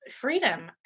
freedom